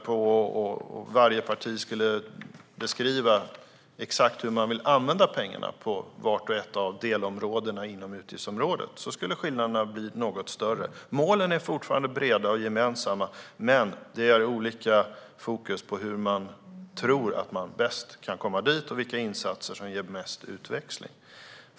Om varje parti skulle beskriva exakt hur man vill använda pengarna på vart och ett av delområdena inom utgiftsområdet tror jag att skillnaderna skulle vara något större. Målen är fortfarande breda och gemensamma, men man har olika fokus när det gäller hur man tror att man bäst kan komma dit och vilka insatser som ger mest utväxling.